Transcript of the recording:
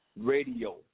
radio